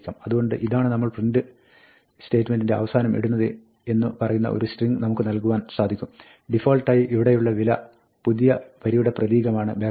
അതുകൊണ്ട് ഇതാണ് നമ്മൾ പ്രിന്റ് സ്റ്റേറ്റ്മെന്റിന്റെ അവസാനം ഇടുന്നത് എന്നു പറയുന്ന ഒരു സ്ട്രിങ്ങ് നമുക്ക് നൽകുവാൻ സാധിക്കും ഡിഫാൾട്ടായി ഇവിടെയുള്ള വില പുതിയ വരിയുടെ പ്രതീകമാണ് n